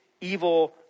evil